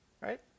right